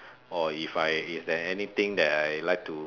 or if I if there anything that I like to